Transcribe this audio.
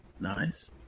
nice